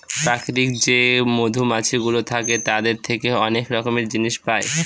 প্রাকৃতিক যে মধুমাছিগুলো থাকে তাদের থেকে অনেক রকমের জিনিস পায়